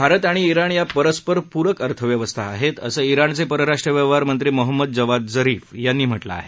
भारत आणि इराण या परस्परप्रक अर्थव्यवस्था आहेत असं इराणचे परराष्ट्र व्यवहारमंत्री मोहम्मद जवाद झरीफ यांनी म्ह लं आहे